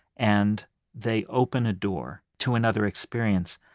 and they open a door to another experience.